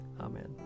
Amen